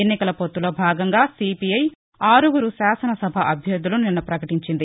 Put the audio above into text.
ఎన్నికల పొత్తులో భాగంగా సిపిఐ ఆరుగురు శాసన సభ అభ్యర్దులను నిన్న పకటించింది